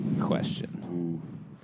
question